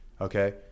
Okay